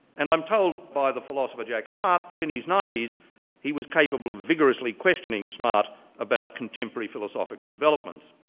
and i'm told by the philosopher, jack smart, that in his ninety s he was capable of vigorously questioning smart about contemporary philosophical developments.